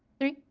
three,